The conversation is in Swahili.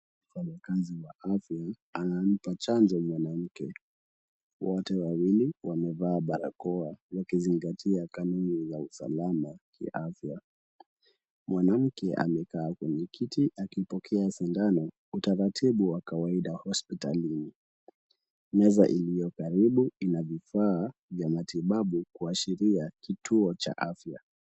Mfanyikazi wa afya anampa chanjo mwanamke. Wote wawili wamevaa barakoa wakizingatia kanuni za usalama ki afya. Mwanamke amekaa kwenye kiti akipokea sindano, utaratibu wa kawaida hosipitalini. Meza iliyo karibu inavifaa vya matibabu kuashiria kituo cha afya.